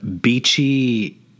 beachy